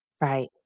Right